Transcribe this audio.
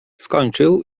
skończył